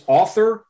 author